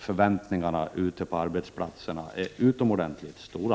Förväntningarna ute på arbetsplatserna är utomordentligt stora.